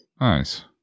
Nice